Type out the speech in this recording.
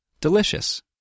delicious